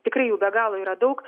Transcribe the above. tikrai jų be galo yra daug